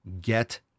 get